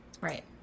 right